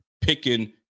picking